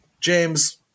James